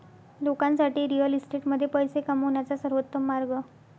लोकांसाठी रिअल इस्टेटमध्ये पैसे कमवण्याचा सर्वोत्तम मार्ग